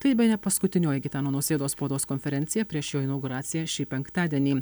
tai bene paskutinioji gitano nausėdos spaudos konferencija prieš jo inauguraciją šį penktadienį